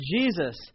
Jesus